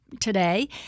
today